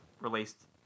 released